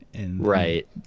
Right